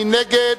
מי נגד?